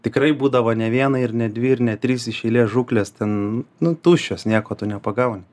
tikrai būdavo ne vieną ir ne dvi ir ne trys iš eilės žūklės ten nu tuščios nieko tu nepagauni